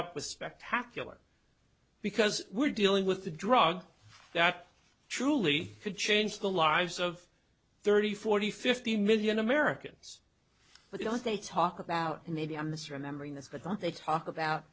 up with spectacular because we're dealing with the drug that truly could change the lives of thirty forty fifty million americans but you know they talk about maybe i'm this remembering this but they talk about